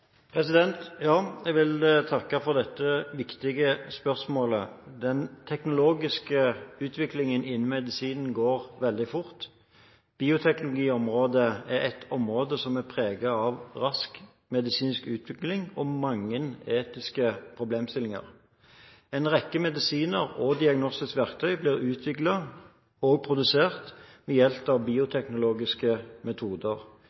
et område som er preget av rask medisinsk utvikling og mange etiske problemstillinger. En rekke medisiner og diagnostiske verktøy blir utviklet og produsert ved hjelp av bioteknologiske metoder.